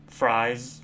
fries